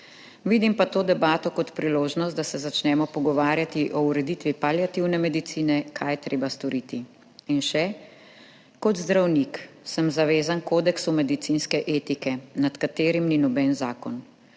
Vidim pa to debato kot priložnost, da se začnemo pogovarjati o ureditvi paliativne medicine, kaj je treba storiti.« In še: »Kot zdravnik sem zavezan kodeksu medicinske etike, nad katerim ni noben zakon.